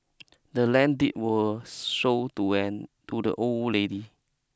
the land deed was sold to an to the old lady